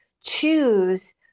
choose